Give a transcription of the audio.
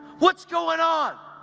what's going on?